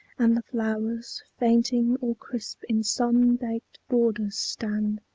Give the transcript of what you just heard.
and the flowers fainting or crisp in sun-baked borders stand.